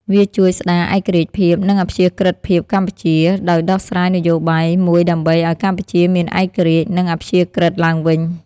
វាជួយស្ដារឯករាជ្យភាព និងអព្យាក្រឹត្យភាពកម្ពុជា ដោយដោះស្រាយនយោបាយមួយដើម្បីឱ្យកម្ពុជាមានឯករាជ្យ និងអព្យាក្រឹត្យឡើងវិញ។